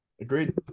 Agreed